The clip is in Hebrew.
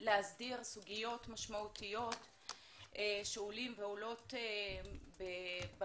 להסדיר סוגיות משמעותיות שעולות במצוקה